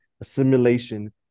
assimilation